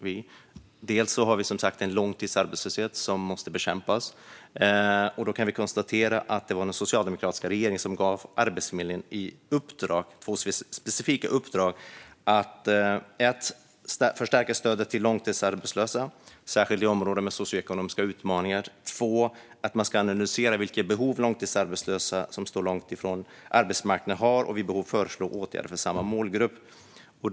Vi har en långtidsarbetslöshet som måste bekämpas, och det var den socialdemokratiska regeringen som gav Arbetsförmedlingen i uppdrag att dels förstärka stödet till långtidsarbetslösa, särskilt i områden med socioekonomiska utmaningar, dels analysera vilka behov långtidsarbetslösa som står långt från arbetsmarknaden har och vid behov föreslå åtgärder för denna målgrupp.